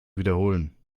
wiederholen